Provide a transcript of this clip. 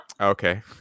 Okay